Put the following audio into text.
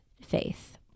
faith